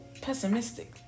pessimistic